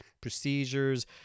procedures